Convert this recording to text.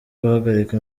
guhagarika